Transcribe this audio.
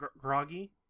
groggy